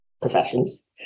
professions